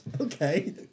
Okay